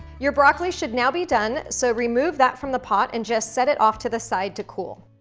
your broccoli should now be done, so remove that from the pot, and just set it off to the side to cool.